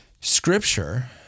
Scripture